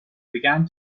began